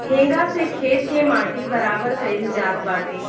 हेंगा से खेत के माटी बराबर कईल जात बाटे